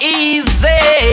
easy